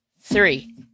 three